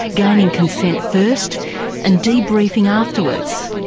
gaining consent first and debriefing afterwards.